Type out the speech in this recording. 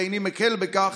ואיני מקל בכך,